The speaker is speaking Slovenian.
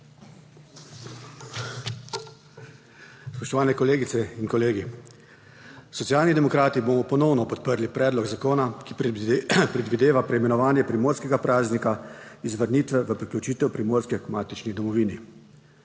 Spoštovane kolegice in kolegi! Socialni demokrati bomo ponovno podprli predlog zakona, ki predvideva preimenovanje primorskega praznika iz vrnitve v priključitev Primorske k matični domovini.